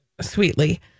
sweetly